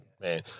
man